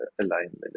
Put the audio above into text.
alignment